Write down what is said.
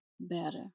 better